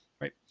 right